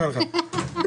פה-אחד.